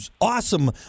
awesome